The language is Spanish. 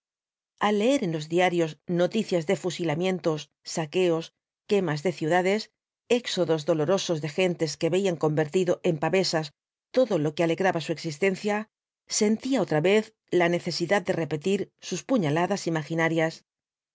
ai leer en los diarios noticias de fusilamientos saqueos quemas de ciudades éxodos dolorosos de gentes que veían convertido en pavesas todo lo que alegraba su existencia sentía otra vez la necesidad de repetir sus puñaladas imaginarias